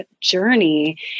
journey